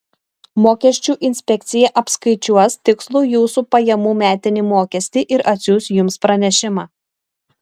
mokesčių inspekcija apskaičiuos tikslų jūsų pajamų metinį mokestį ir atsiųs jums pranešimą